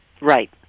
right